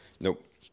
Nope